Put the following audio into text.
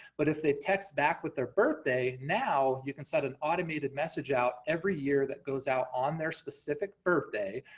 but if they text back with their birthday, now you can send an automated message out, every year that goes out on their specific birthday,